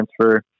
transfer